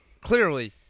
clearly